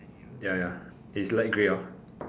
ya ya it's light grey of